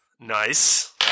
Nice